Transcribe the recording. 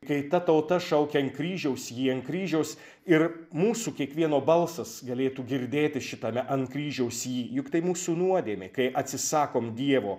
kai ta tauta šaukia ant kryžiaus jį ant kryžiaus ir mūsų kiekvieno balsas galėtų girdėtis šitame ant kryžiaus jį juk tai mūsų nuodėmė kai atsisakom dievo